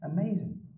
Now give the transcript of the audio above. Amazing